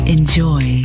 Enjoy